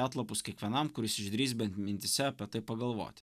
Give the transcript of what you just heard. atlapus kiekvienam kuris išdrįs bent mintyse apie tai pagalvoti